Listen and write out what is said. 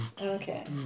Okay